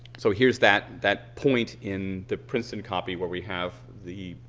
so here's that that point in the princeton copy where we have the,